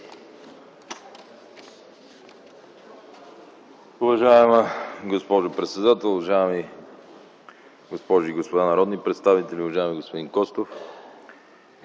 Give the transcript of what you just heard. Уважаема госпожо председател, уважаеми дами и господа народни представители! Уважаеми господин Иванов,